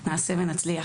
נעשה ונצליח.